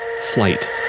flight